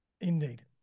indeed